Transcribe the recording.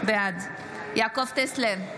בעד יעקב טסלר,